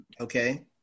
okay